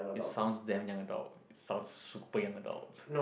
it sounds damn young adult sound super young adult